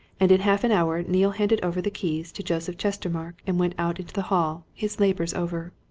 and in half an hour neale handed over the keys to joseph chestermarke and went out into the hall, his labours over.